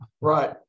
Right